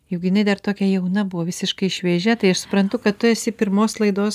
juk jinai dar tokia jauna buvo visiškai šviežia tai aš suprantu kad tu esi pirmos laidos